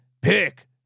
pick